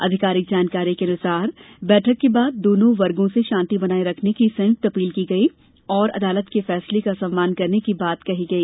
आधिकारिक जानकारी के अनुसार बैठक के बाद दोनों वर्गो से शान्ति बनाये रखने की संयुक्त अपील की गई और अदालत के फैसले का सम्मान करने की बात कही गई